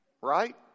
Right